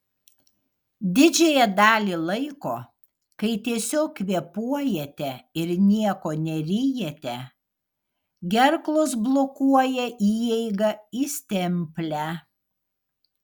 didžiąją dalį laiko kai tiesiog kvėpuojate ir nieko neryjate gerklos blokuoja įeigą į stemplę